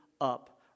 up